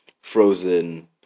frozen